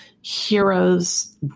Heroes